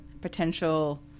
potential